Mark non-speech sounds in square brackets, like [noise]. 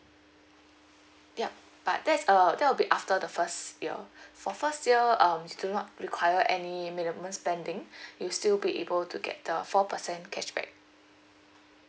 yup but that is uh that'll be after the first year [breath] for first year um do not require any minimum spending [breath] you still be able to get the four percent cashback